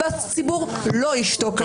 והציבור לא ישתוק על זה.